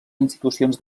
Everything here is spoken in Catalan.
institucions